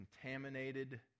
contaminated